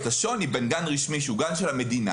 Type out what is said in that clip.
את השוני בין גן רשמי שהוא גן של המדינה,